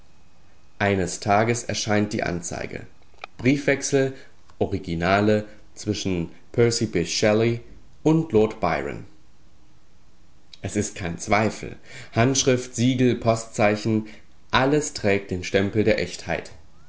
eines tages erscheint die anzeige briefwechsel originale zwischen percy bysshe shelley und lord byron es ist kein zweifel handschrift siegel postzeichen alles trägt den stempel der echtheit